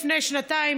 לפני שנתיים,